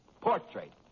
portrait